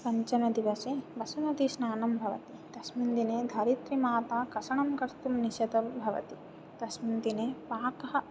पञ्चमदिवसे वसुमतीस्नानं भवति तस्मिन् दिने धरित्रीमाता कसणं कर्तुं निषेधः भवति तस्मिन् दिने पाकः